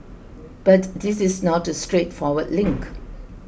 but this is not a straightforward link